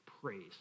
praise